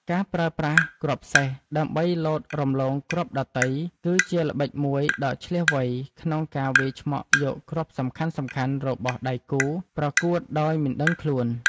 ការប្រើប្រាស់គ្រាប់សេះ ដើម្បីលោតរំលងគ្រាប់ដទៃគឺជាល្បិចមួយដ៏ឈ្លាសវៃក្នុងការវាយឆ្មក់យកគ្រាប់សំខាន់ៗរបស់ដៃគូប្រកួតដោយមិនដឹងខ្លួន។